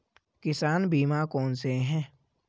किसान बीमा कौनसे हैं?